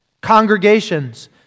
congregations